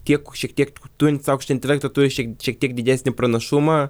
kiek šiek tiek turint aukštą intelektą turi šiek šiek tiek didesnį pranašumą